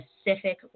specific